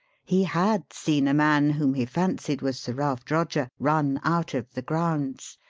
he had seen a man whom he fancied was sir ralph droger run out of the grounds,